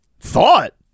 Thought